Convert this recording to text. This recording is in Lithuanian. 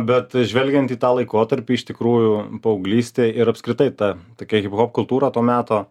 bet žvelgiant į tą laikotarpį iš tikrųjų paauglystė ir apskritai ta tokia hiphopo kultūra to meto